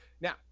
Now